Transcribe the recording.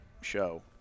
show